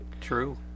True